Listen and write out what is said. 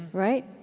right?